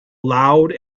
loud